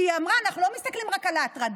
כי היא אמרה: אנחנו לא מסתכלים רק על ההטרדה,